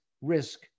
risk